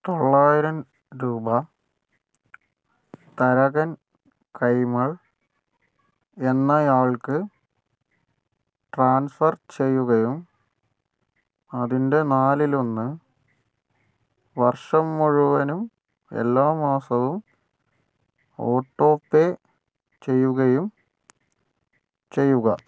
തൊള്ളായിരം രൂപ തരകൻ കൈമൾ എന്നയാൾക്ക് ട്രാൻസ്ഫർ ചെയ്യുകയും അതിൻ്റെ നാലിലൊന്ന് വർഷം മുഴുവനും എല്ലാ മാസവും ഓട്ടോ പേ ചെയ്യുകയും ചെയ്യുക